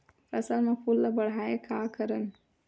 फसल म फूल ल बढ़ाय का करन?